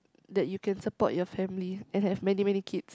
that you can support your family and have many many kids